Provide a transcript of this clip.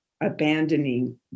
abandoning